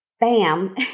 bam